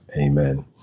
Amen